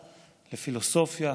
לפילוסופיה,